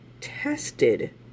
tested